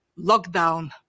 lockdown